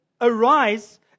arise